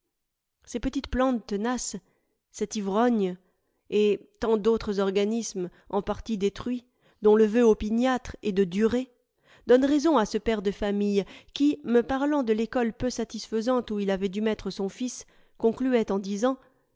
ces petites plantes tenaces cet ivrogne et tant d'autres organismes en partie détruits dont le vœu opiniâtre est de durer donnent raison à ce père de famille qui me parlant de l'école peu satisfaisante où il avait dû mettre son fils concluait en disant